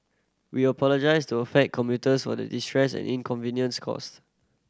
we apologise to affected commuters for the distress and inconvenience caused